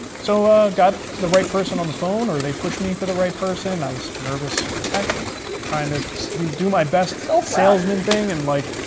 so i got the right person on the phone, or they pushed me into the right person. i was nervous as heck trying to do do my best salesman thing. and like